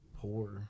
poor